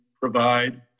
provide